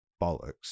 bollocks